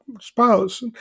spouse